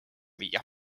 viia